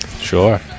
Sure